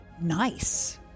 nice